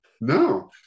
No